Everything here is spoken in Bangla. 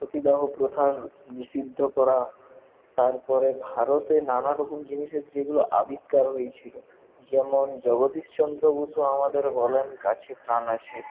সতীদাহ প্রথার নিষিদ্ধ করা তারপরে ভারতে নানারকম জিনিসের যেগুলো আবিষ্কার হয়েছিল যেমন জগদীশচন্দ্র বসু আমাদের বলেন গাছে প্রাণ আছে